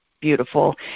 beautiful